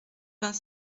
vingt